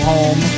Home